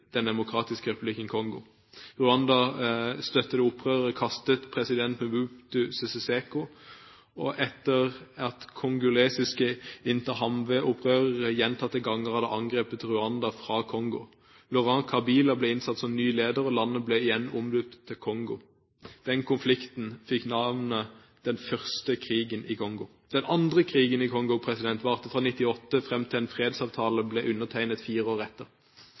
Den demokratiske republikken Kongo. Rwanda-støttede opprørere kastet president Mobutu Sese Seko etter at kongolesiske Interahamwe-opprørere gjentatte ganger hadde angrepet Rwanda fra Kongo. Laurent Kabila ble innsatt som ny leder, og landet ble igjen omdøpt til Kongo. Den konflikten fikk navnet den første krigen i Kongo. Den andre krigen i Kongo varte fra 1998 fram til en fredsavtale ble undertegnet fire år